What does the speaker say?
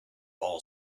all